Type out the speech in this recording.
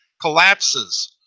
collapses